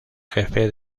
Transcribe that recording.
jefe